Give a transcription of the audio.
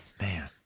Man